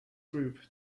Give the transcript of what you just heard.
group